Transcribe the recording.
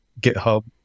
GitHub